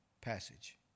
passage